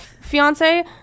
fiance